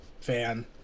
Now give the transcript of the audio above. fan